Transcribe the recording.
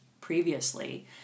previously